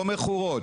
לא מכורות.